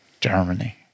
Germany